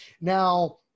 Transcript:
Now